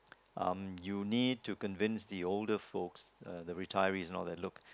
um you need to convince the older folks uh the retirees and all that look